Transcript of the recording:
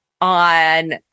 on